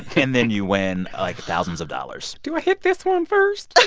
and then you win, like, thousands of dollars do i hit this one first?